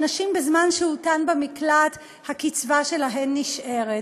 שנשים, בזמן שהותן במקלט, הקצבה שלהן נשארת.